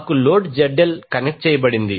మనకు load ZL connect చేయబడింది